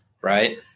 right